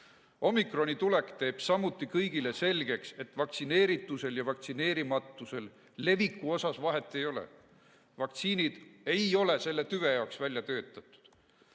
Omikroni tulek teeb kõigile selgeks, et vaktsineeritusel ja vaktsineerimatusel leviku suhtes vahet ei ole. Vaktsiinid ei ole selle tüve jaoks välja töötatud.